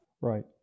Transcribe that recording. Right